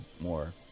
more